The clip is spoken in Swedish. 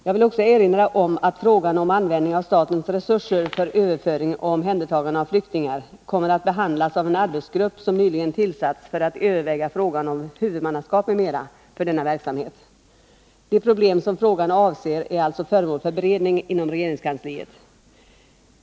Jag vill också erinra om att frågan om användningen av statens resurser för överföring och omhändertagande av flyktingar kommer att behandlas av en arbetsgrupp som nyligen tillsatts för att överväga frågan om huvudmannaskap m.m. för denna verksamhet. De problem som frågan avser är alltså föremål för beredning inom regeringskansliet.